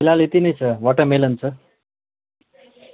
फिलहाल यति नै छ वाटरमेलन छ